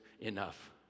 enough